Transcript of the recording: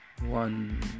one